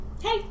Hey